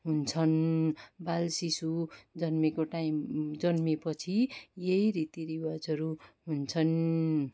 हुन्छन् बाल शिशु जन्मिएको टाइम जन्मिएपछि यही रीति रिवजहरू हुन्छन्